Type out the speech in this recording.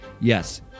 Yes